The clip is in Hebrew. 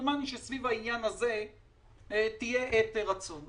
דומני שסביב העניין הזה תהיה עת רצון.